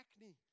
acne